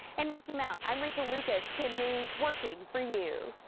in rocky mount, i'm rachel lucas ten news working for you.